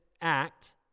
act